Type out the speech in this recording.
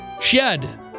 Shed